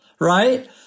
right